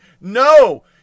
No